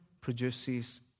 produces